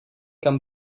come